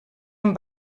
amb